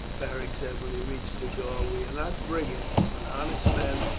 beric said when he reached the door, we are not brigands, but honest men,